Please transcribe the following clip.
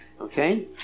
Okay